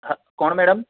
હા કોણ મેડમ